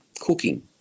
cooking